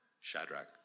Shadrach